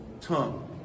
Tongue